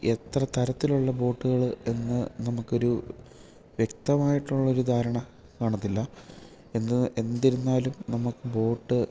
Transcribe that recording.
എത്ര തരത്തിലുള്ള ബോട്ടുകൾ എന്ന് നമുക്കൊരു വ്യക്തമായിട്ടുള്ളൊരു ധാരണ കാണത്തില്ല എന്ന് എന്തിരുന്നാലും നമുക്ക് ബോട്ട്